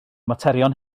materion